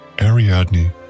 Ariadne